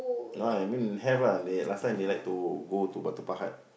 no I mean have lah they last time they like go to Batu-Pahat